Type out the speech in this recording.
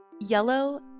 yellow